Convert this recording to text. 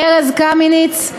ארז קמיניץ,